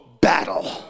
battle